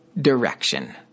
direction